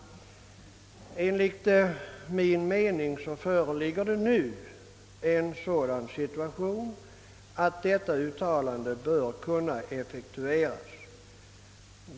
Enligt min uppfattning föreligger det nu en sådan situation, att detta uttalande bör kunna effektueras.